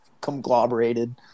conglomerated